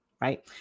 right